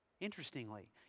Interestingly